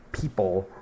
people